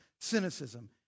cynicism